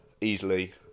easily